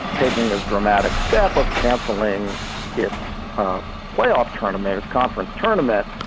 taking this dramatic step of canceling its playoff tournament, its conference tournament,